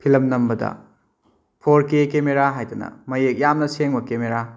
film ꯅꯝꯕꯗ four K camera ꯍꯥꯏꯗꯅ ꯃꯌꯦꯛ ꯌꯥꯝꯅ ꯁꯦꯡꯕ ꯀꯦꯃꯦꯔꯥ